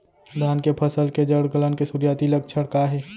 धान के फसल के जड़ गलन के शुरुआती लक्षण का हे?